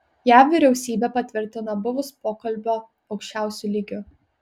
jav vyriausybė patvirtino buvus pokalbio aukščiausiu lygiu